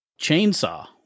Chainsaw